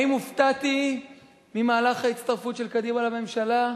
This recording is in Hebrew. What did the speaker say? האם הופתעתי ממהלך ההצטרפות של קדימה לממשלה?